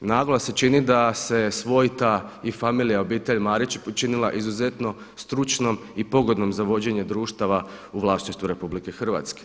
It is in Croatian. Naglo se čini da se svojta i familija obitelji Marić učinila izuzetno stručnom i pogodnom za vođenje društava u vlasništvu RH.